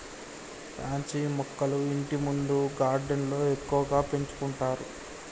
pansy మొక్కలు ఇంటిముందు గార్డెన్లో ఎక్కువగా పెంచుకుంటారు